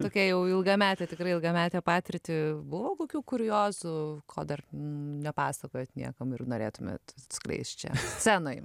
tokią jau ilgametę tikrai ilgametę patirtį buvo kokių kuriozų ko dar nepasakojot niekam ir norėtumėt atskleist čia scenoj